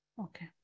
Okay